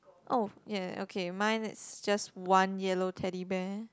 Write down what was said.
oh ya ya ya okay mine is just one yellow Teddy Bear